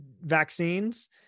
vaccines